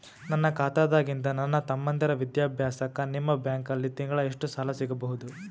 ನನ್ನ ಖಾತಾದಾಗಿಂದ ನನ್ನ ತಮ್ಮಂದಿರ ವಿದ್ಯಾಭ್ಯಾಸಕ್ಕ ನಿಮ್ಮ ಬ್ಯಾಂಕಲ್ಲಿ ತಿಂಗಳ ಎಷ್ಟು ಸಾಲ ಸಿಗಬಹುದು?